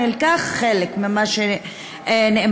נלקח חלק ממה שנאמר.